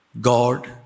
God